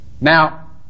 Now